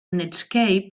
netscape